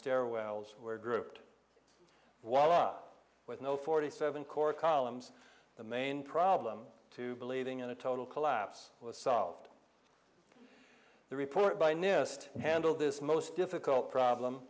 stairwells were grouped while up with no forty seven core columns the main problem to believing in a total collapse was solved the report by nist handled this most difficult problem